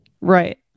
Right